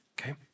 Okay